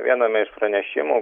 viename iš pranešimų